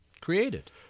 created